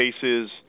cases